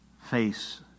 face